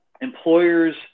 employers